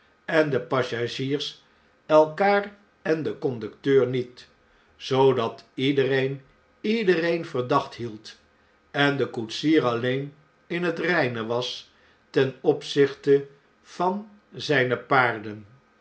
en de passagiers elkaar en den conducteur niet zoodat iedereen iedereen verdacht hield en de koetsier alleen in het reine was ten opzichte van zijne paarden